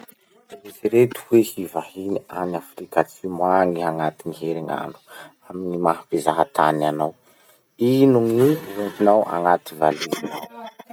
Eritsereto heo hivahiny any afrika atsimo agny iha agnatin'ny herinandro amy gny maha mpizaha tany anao. Ino gny hoentinao agnaty valizinao?